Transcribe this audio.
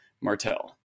Martell